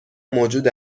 موجود